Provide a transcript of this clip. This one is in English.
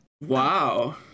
Wow